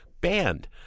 banned